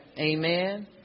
Amen